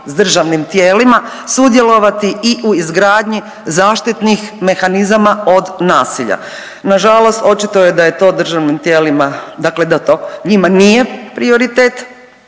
s državnim tijelima sudjelovati i u izgradnji zaštitnih mehanizama od nasilja, nažalost očito je da je to državnim tijelima, dakle da to njima nije prioritet,